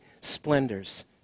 splendors